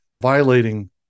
violating